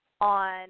on